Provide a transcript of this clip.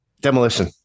Demolition